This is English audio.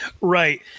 Right